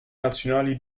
nazionali